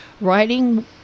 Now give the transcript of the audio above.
Writing